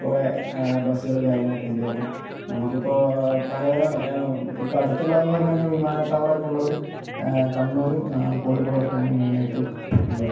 കുറെ ബസ്സുകൾ കാര്യങ്ങളൊക്കെ ഉണ്ട് അപ്പം നമുക്കിപ്പോൾ പലതരം ഇപ്പോൾ അടുത്തുള്ളതെന്ന് പറഞ്ഞു കഴിഞ്ഞാൽ വിമാനത്താവളം ഒക്കെ ഉള്ളത് കണ്ണൂരും കോഴിക്കോടൊക്കെയാണ് മെയിനായിട്ട് ഉള്ളത്